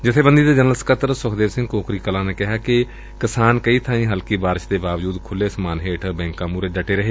ਜਬੇਬੰਦੀ ਦੇ ਜਨਰਲ ਸਕੱਤਰ ਸੁਖਦੇਵ ਸਿੰਘ ਕੋਕਰੀ ਕਲਾਂ ਨੇ ਕਿਹਾ ਕਿ ਕਿਸਾਨ ਕਈ ਥਾਈਂ ਹਲਕੀ ਬਾਰਿਸ਼ ਦੇ ਬਾਵਜੂਦ ਖੁਲ੍ਹੇ ਅਸਮਾਨ ਹੇਠ ਬੈਂਕਾਂ ਮੂਹਰੇ ਡਟੇ ਰਹੇ